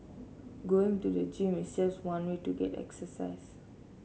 going to the gym is just one way to get exercise